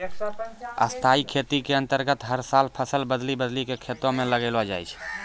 स्थाई खेती के अन्तर्गत हर साल फसल बदली बदली कॅ खेतों म लगैलो जाय छै